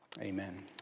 Amen